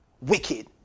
wicked